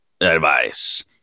advice